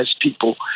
people